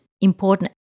important